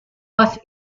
was